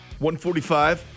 145